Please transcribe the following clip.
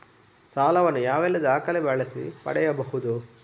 ಸಾಲ ವನ್ನು ಯಾವೆಲ್ಲ ದಾಖಲೆ ಬಳಸಿ ಪಡೆಯಬಹುದು?